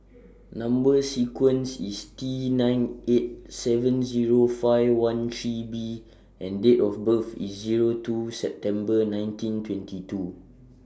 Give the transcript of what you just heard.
Number sequence IS T nine eight seven Zero five one three B and Date of birth IS Zero two September nineteen twenty two